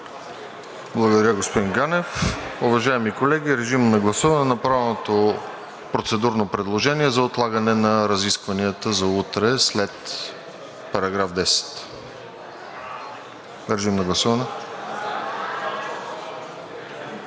Благодаря, господин Ганев. Уважаеми колеги, режим на гласуване на направеното процедурно предложение за отлагане на разискванията за утре след § 10. Гласували